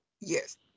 yes